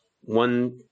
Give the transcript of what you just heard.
one